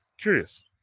Curious